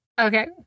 Okay